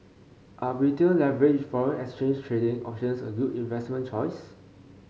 are Retail leveraged foreign exchange trading options a good investment choice